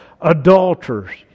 adulterers